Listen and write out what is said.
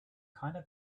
kinda